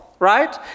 right